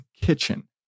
Kitchen